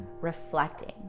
reflecting